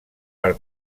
per